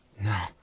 No